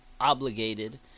obligated